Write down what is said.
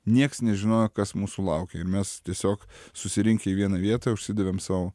nieks nežinojo kas mūsų laukia ir mes tiesiog susirinkę į vieną vietą užsidavėm sau